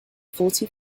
forty